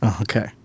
Okay